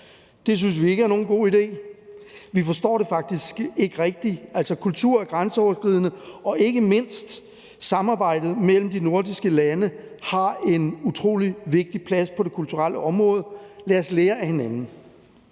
Det synes vi ikke er nogen god idé. Vi forstår det faktisk ikke rigtigt. Altså, kultur er grænseoverskridende, og ikke mindst samarbejdet mellem de nordiske lande har en utrolig vigtig plads på det kulturelle område. Lad os lære af hinanden.